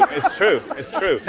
um it's true. it's true.